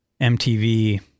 MTV